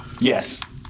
Yes